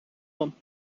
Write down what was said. dan